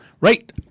Right